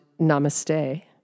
namaste